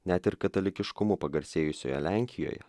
net ir katalikiškumu pagarsėjusioje lenkijoje